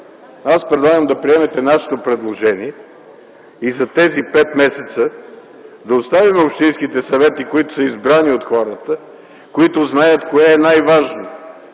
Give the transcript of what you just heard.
Аз предлагам да приемете нашето предложение и за тези пет месеца да оставим общинските съвети, избрани от хората, които знаят кое е най-важно